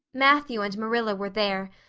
matthew and marilla were there,